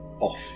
off